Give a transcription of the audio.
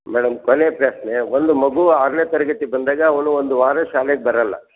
madam ಕೊನೆ ಪ್ರಶ್ನೆ ಒಂದು ಮಗು ಆರನೇ ತರಗತಿ ಬಂದಾಗ ಅವನು ಒಂದು ವಾರ ಶಾಲೆಗೆ ಬರೋಲ್ಲ